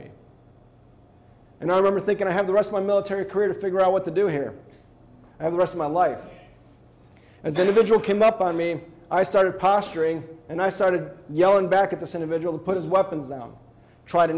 me and i remember thinking i have the rest of my military career to figure out what to do here and the rest of my life and then the drill came up on me i started posturing and i started yelling back at the center vigil put his weapons down tr